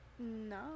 no